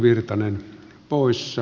ei minulla muuta